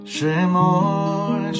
Shemor